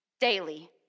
daily